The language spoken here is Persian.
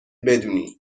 بدونی